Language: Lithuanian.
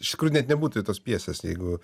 iš tikrųjų net nebūtų tos pjesės jeigu